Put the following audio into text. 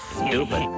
stupid